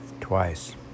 Twice